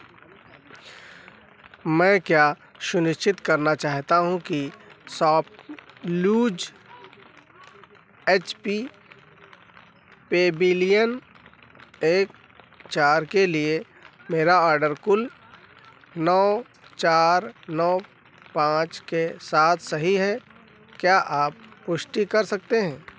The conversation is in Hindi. मैं क्या सुनिश्चित करना चाहता हूँ कि सॉप लूज एच पी पेबिलियन एक चार के लिए मेरा ऑडर कुल नौ चार नौ पाँच के साथ सही है क्या आप पुष्टि कर सकते हैं